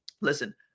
listen